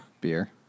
beer